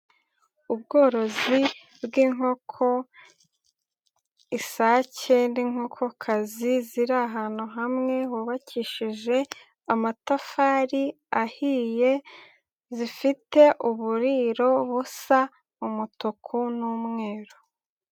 Ubworozi bw'inkoko, isake n'inkoko kazi ziri ahantu hamwe hubakishije amatafari ahiye, zifite uburiro busa umutuku n'umweru.